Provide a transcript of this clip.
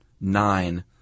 nine